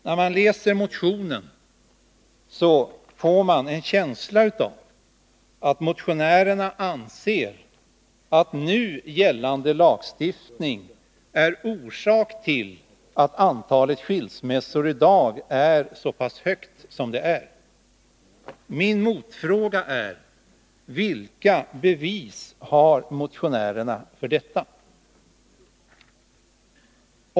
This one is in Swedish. När man läser motionen, får man en känsla av att motionärerna anser att nu gällande lagstiftning är orsak till att antalet skilsmässor i dag är så pass högt som det är. Min motfråga är: Vilka bevis har motionärerna för detta?